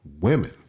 women